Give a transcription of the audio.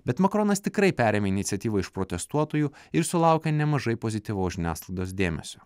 bet makronas tikrai perėmė iniciatyvą iš protestuotojų ir sulaukia nemažai pozityvaus žiniasklaidos dėmesio